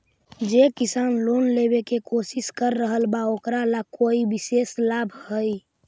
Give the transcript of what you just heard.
जे किसान लोन लेवे के कोशिश कर रहल बा ओकरा ला कोई विशेष लाभ हई?